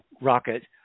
rocket